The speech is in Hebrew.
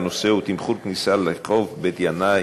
והנושא הוא: תמחור כניסה לחוף בית-ינאי.